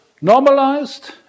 normalized